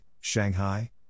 Shanghai